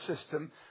system